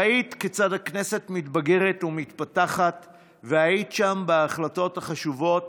ראית כיצד הכנסת מתבגרת ומתפתחת והיית שם בהחלטות החשובות